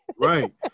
Right